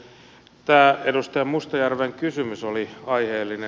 tämä edustaja mustajärven kysymys oli aiheellinen